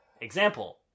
Example